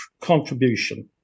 contribution